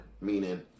Meaning